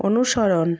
অনুসরণ